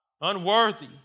unworthy